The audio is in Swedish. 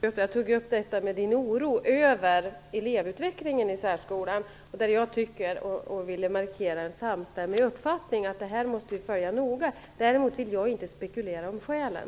Herr talman! Jag nämnde din oro över elevutvecklingen i särskolan, därför att jag ville markera en samstämmig uppfattning om att det här är något som vi noga måste följa. Däremot vill jag inte spekulera i skälen.